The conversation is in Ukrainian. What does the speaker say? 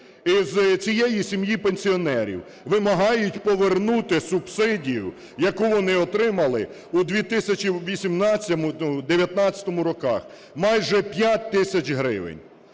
Із цієї сім'ї пенсіонерів вимагають повернути субсидію, яку вони отримали у 2018-2019 роках, майже 5 тисяч гривень.